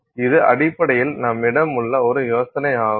இது அடிப்படையில் நம்மிடம் உள்ள ஒரு யோசனையாகும்